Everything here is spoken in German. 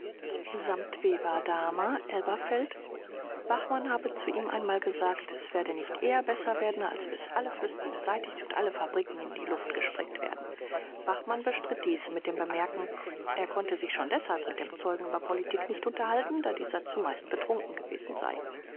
elberfeld bachmann habe zu ihm einmal gesagt es werde nicht eher besser werden als bis alle fürsten beseitigt und alle fabriken in die luft gesprengt werden bachmann bestritt dies mit dem bemerken er konnte sich schon deshalb mit dem zeugen über politik nicht unterhalten da dieser zumeist betrunken gewesen sei